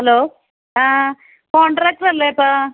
hello ആ contractor അല്ലേപ്പാ